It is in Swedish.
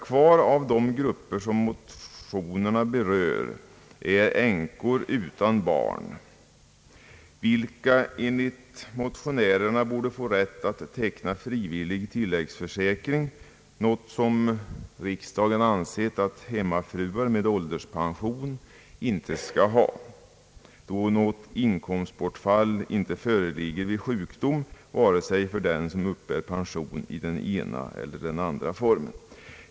Kvar av de grupper som motionerna berör är änkor utan barn, vilka enligt motionärerna borde få rätt att teckna frivillig tilläggsförsäkring, något som riksdagen ansett att hemmafruar med ålderspension inte skall ha, då något inkomstbortfall inte föreligger vid sjukdom vare sig för den som uppbär pension i den ena eller den andra formen.